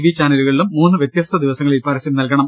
V ചാന ലുകളിലും മൂന്ന് വൃതൃസ്ത ദിവസങ്ങളിൽ പരസ്യം നൽകണം